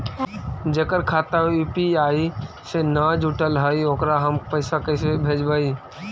जेकर खाता यु.पी.आई से न जुटल हइ ओकरा हम पैसा कैसे भेजबइ?